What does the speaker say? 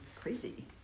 crazy